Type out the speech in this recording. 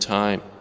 time